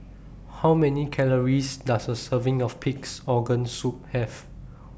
How Many Calories Does A Serving of Pig'S Organ Soup Have